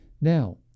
Now